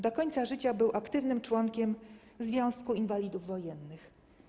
Do końca życia był aktywnym członkiem Związku Inwalidów Wojennych.